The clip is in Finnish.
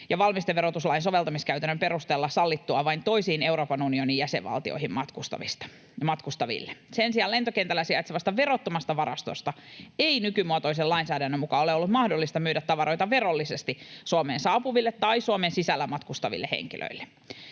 ja valmisteverotuslain soveltamiskäytännön perusteella sallittua vain toisiin Euroopan unionin jäsenvaltioihin matkustaville. Sen sijaan lentokentällä sijaitsevasta verottomasta varastosta ei nykymuotoisen lainsäädännön mukaan ole ollut mahdollista myydä tavaroita verollisesti Suomeen saapuville tai Suomen sisällä matkustaville henkilöille.